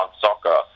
soccer